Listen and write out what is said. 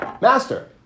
master